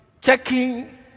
checking